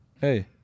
Hey